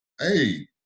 hey